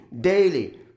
daily